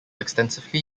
extensively